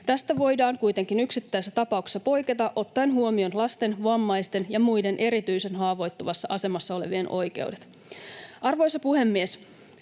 Tästä voidaan kuitenkin yksittäisessä tapauksessa poiketa ottaen huomioon lasten, vammaisten ja muiden erityisen haavoittuvassa asemassa olevien oikeudet. Arvoisa puhemies!